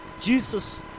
Jesus